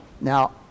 Now